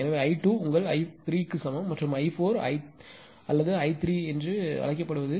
எனவே I2 உங்கள் i3 க்கு சமம் மற்றும் i4 அல்லது I3 என்று அழைக்கப்படுவது 0